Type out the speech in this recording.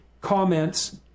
comments